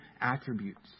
attributes